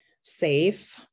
safe